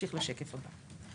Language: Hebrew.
נמשיך לשקף הבא.